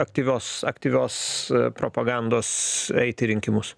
aktyvios aktyvios propagandos eit į rinkimus